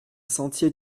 sentier